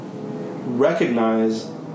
recognize